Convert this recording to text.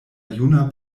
juna